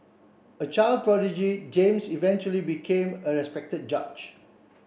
a child prodigy James eventually became a respected judge